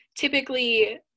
typically